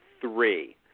three